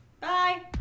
Bye